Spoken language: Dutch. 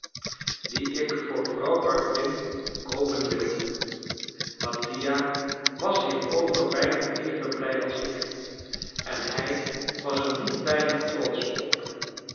die ik voor vrouw barberin koopen wilde mattia was hierover bijna even blij als ik en hij was er niet weinig trotsch op